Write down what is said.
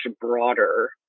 broader